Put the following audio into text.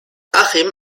achim